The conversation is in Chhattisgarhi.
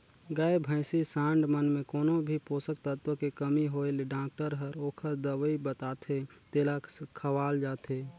गाय, भइसी, सांड मन में कोनो भी पोषक तत्व के कमी होय ले डॉक्टर हर ओखर दवई बताथे तेला खवाल जाथे